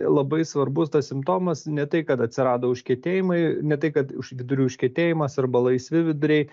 labai svarbus tas simptomas ne tai kad atsirado užkietėjimai ne tai kad vidurių užkietėjimas arba laisvi viduriai